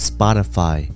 Spotify